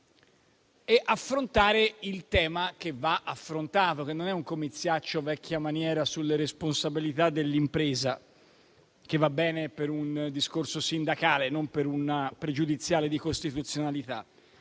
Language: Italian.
e affrontare il tema che va affrontato, che non è un comiziaccio vecchia maniera sulle responsabilità dell'impresa, che va bene per un discorso sindacale, non per una pregiudiziale di costituzionalità,